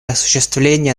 осуществление